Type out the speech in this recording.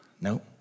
no